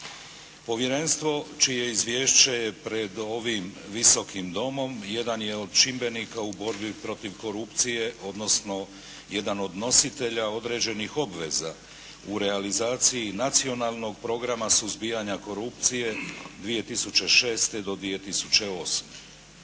povjerenstvo čije izvješće je pred ovim Visokom domom jedan je od čimbenika u borbi protiv korupcije odnosno jedan od nositelja određenih obveza u realizaciji Nacionalnog programa suzbijanja korupcije 2006.-2008.